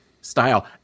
style